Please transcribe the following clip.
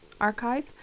Archive